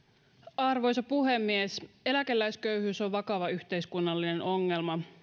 arvoisa puhemies eläkeläisköyhyys on vakava yhteiskunnallinen ongelma